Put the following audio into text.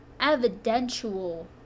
evidential